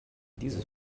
dieses